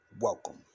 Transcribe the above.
Welcome